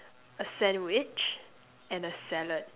a sandwich and a salad